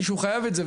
שהוא חייב את זה,